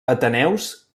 ateneus